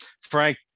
Frank